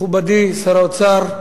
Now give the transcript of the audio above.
מכובדי שר האוצר,